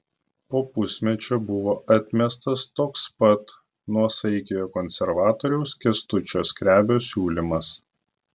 po pusmečio buvo atmestas toks pat nuosaikiojo konservatoriaus kęstučio skrebio siūlymas